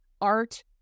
art